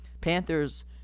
Panthers